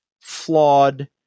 flawed